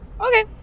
Okay